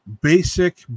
Basic